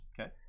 Okay